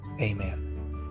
amen